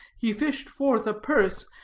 he fished forth a purse,